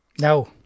No